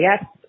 yes